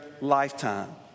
lifetime